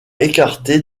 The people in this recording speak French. écarté